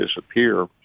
disappear